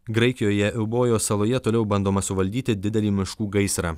graikijoje eubojos saloje toliau bandoma suvaldyti didelį miškų gaisrą